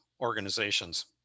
organizations